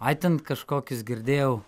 ai ten kažkokius girdėjau